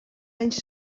anys